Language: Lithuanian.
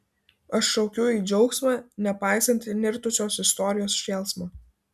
aš šaukiu į džiaugsmą nepaisant įnirtusios istorijos šėlsmo